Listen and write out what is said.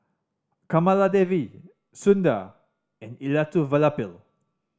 Kamaladevi Sundar and Elattuvalapil